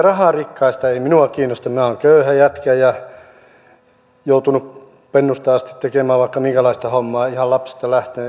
ei minua kiinnosta minä olen köyhä jätkä ja joutunut pennusta asti tekemään vaikka minkälaista hommaa ihan lapsesta lähtien